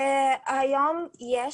היום יש.